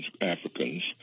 Africans